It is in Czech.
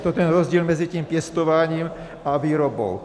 Je to ten rozdíl mezi tím pěstováním a výrobou.